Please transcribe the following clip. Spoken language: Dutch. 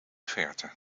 verte